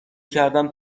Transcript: کردم